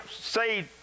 say